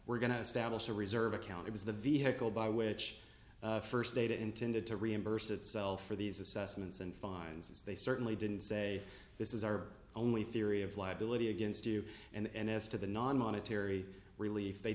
we're going to establish a reserve account it was the vehicle by which first data intended to reimburse itself for these assessments and finds it's they certainly didn't say this is our only theory of liability against you and as to the non monetary relief they